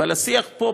אבל השיח פה,